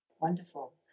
Wonderful